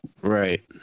Right